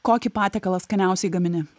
kokį patiekalą skaniausiai gamini